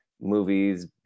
movies